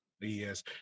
Yes